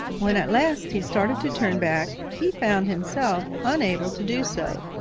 when at last he started to turn back he found himself unable to do so.